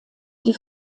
die